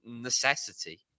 necessity